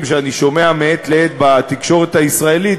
שאני שומע מעת לעת בתקשורת הישראלית,